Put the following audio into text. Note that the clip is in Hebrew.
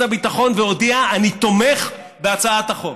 הביטחון והודיע: אני תומך בהצעת החוק.